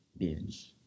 Bitch